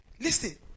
listen